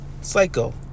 Psycho